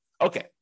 Okay